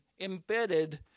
embedded